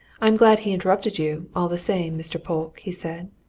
i'm glad he interrupted you, all the same, mr. polke, he said.